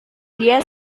dia